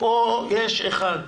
יש אחד.